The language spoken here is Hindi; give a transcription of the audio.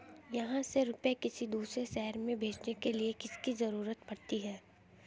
यहाँ से रुपये किसी दूसरे शहर में भेजने के लिए किसकी जरूरत पड़ती है?